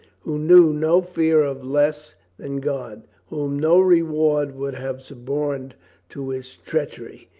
who knew no fear of less than god, whom no reward would have suborned to his treach ery,